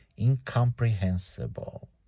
incomprehensible